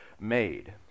made